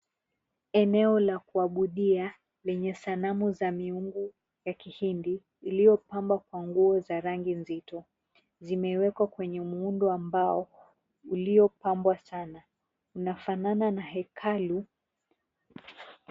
Eneo la kuabudia lenye sanamu za miungu ya kihindi iliopambwa kwa nguo za rangi nzito. Zimewekwa kwenye muundo ambao uliopambwa sana. Unafanana na hekalu.